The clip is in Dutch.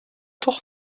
toch